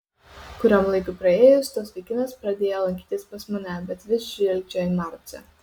kuriam laikui praėjus tas vaikinas pradėjo lankytis pas mane bet vis žvilgčiojo į marcę